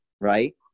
right